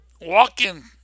walking